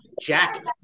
jack